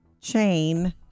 chain